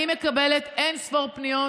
אני מקבלת אין-ספור פניות.